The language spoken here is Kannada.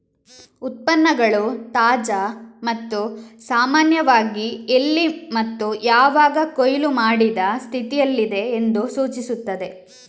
ಉತ್ಪನ್ನಗಳು ತಾಜಾ ಮತ್ತು ಸಾಮಾನ್ಯವಾಗಿ ಎಲ್ಲಿ ಮತ್ತು ಯಾವಾಗ ಕೊಯ್ಲು ಮಾಡಿದ ಸ್ಥಿತಿಯಲ್ಲಿದೆ ಎಂದು ಸೂಚಿಸುತ್ತದೆ